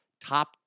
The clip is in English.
Top